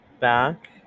back